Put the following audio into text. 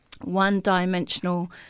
one-dimensional